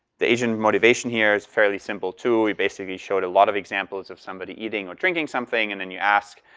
the agent motivation here is fairly simple too, we basically showed a lot of examples of somebody eating or drinking something. and then you asked,